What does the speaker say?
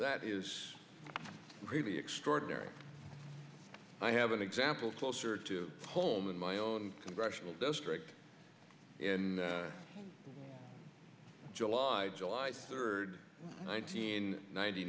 that is really extraordinary i have an example closer to home in my own congressional district in july july third nineteen ninety